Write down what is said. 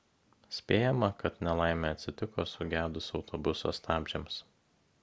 spėjama kad nelaimė atsitiko sugedus autobuso stabdžiams